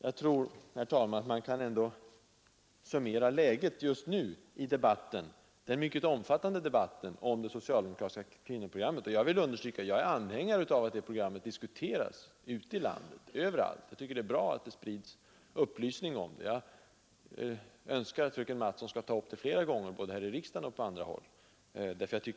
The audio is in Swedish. Jag vill understryka, att jag är anhängare av att det socialdemokratiska kvinnoprogrammet diskuteras överallt ute i landet; jag tycker det är bra att det sprids upplysning om det, och jag önskar att fröken Mattson skall ta upp det flera gånger både här i riksdagen och på andra håll.